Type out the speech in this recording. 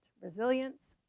resilience